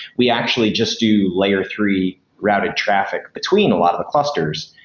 we actually just to layer three routed traffic between a lot of the clusters.